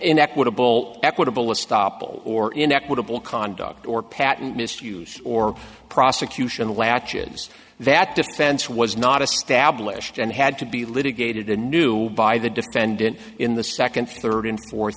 an equitable equitable a stoppel or in equitable conduct or patent misuse or prosecution latches that defense was not established and had to be litigated a new by the defendant in the second third and fourth